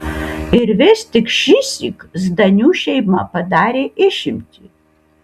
ir vis tik šįsyk zdanių šeima padarė išimtį